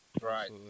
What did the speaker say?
Right